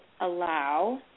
allow